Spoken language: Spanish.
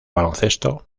baloncesto